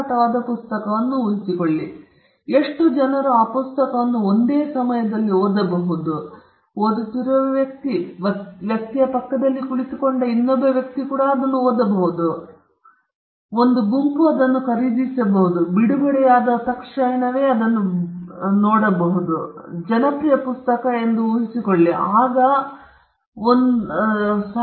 ಮಾರಾಟವಾದ ಪುಸ್ತಕವನ್ನು ಊಹಿಸಿಕೊಳ್ಳಿ ಎಷ್ಟು ಜನರು ಆ ಪುಸ್ತಕವನ್ನು ಒಂದೇ ಸಮಯದಲ್ಲಿ ಓದಬಹುದು ಹೌದು ಓದುತ್ತಿರುವ ವ್ಯಕ್ತಿ ವ್ಯಕ್ತಿಯ ಪಕ್ಕದಲ್ಲಿ ಕುಳಿತುಕೊಳ್ಳುವ ಇನ್ನೊಬ್ಬ ವ್ಯಕ್ತಿ ಕೂಡ ಅದನ್ನು ಓದುತ್ತಿದ್ದಾನೆ ಹೌದು ಅವರು ಆ ವ್ಯಕ್ತಿಯ ಸುತ್ತಲಿನ ಜನರ ಗುಂಪಾಗಬಹುದು ಹೇಳುವುದಾದರೆ ಇದು ಮೊದಲ ಬಾರಿಗೆ ಬಿಡುಗಡೆಯಾದ ಹೊಸ ಪುಸ್ತಕ ಹನ್ನೆರಡು ಗಂಟೆಗಳ ಕಾಲ ಕ್ಯೂನಲ್ಲಿ ಯಾರಾದರೂ ನಿಂತು ಪುಸ್ತಕವನ್ನು ಪಡೆದರು ಅದು ಬಹಳ ಜನಪ್ರಿಯ ಪುಸ್ತಕ ಎಂದು ಊಹಿಸಿಕೊಳ್ಳಿ ನೀವು ಒಂದು ಗುಂಪಿನ ಸ್ನೇಹಿತರನ್ನು ಹೊಂದಿರಬಹುದು ಮತ್ತು ಪುಟವನ್ನು ನೋಡುವ ಮತ್ತು ಅದನ್ನು ಓದುವ ಸುತ್ತಲೂ ತಳ್ಳುವುದು ಮನಸ್ಸಿಲ್ಲ